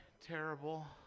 terrible